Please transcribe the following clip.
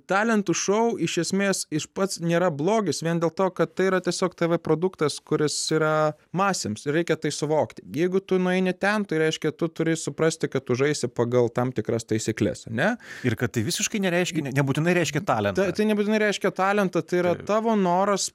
talentų šou iš esmės iš pats nėra blogis vien dėl to kad tai yra tiesiog tv produktas kuris yra masėms reikia tai suvokti jeigu tu nueini ten tai reiškia tu turi suprasti kad tu žaisi pagal tam tikras taisykles ane ir kad tai visiškai nereiškia nebūtinai reiškia talentą tai nebūtinai reiškia talentą tai yra tavo noras